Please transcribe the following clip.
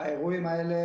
האירועים האלה,